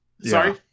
Sorry